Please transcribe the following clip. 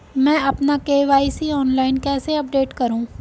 मैं अपना KYC online कैसे अपडेट करूँ?